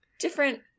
Different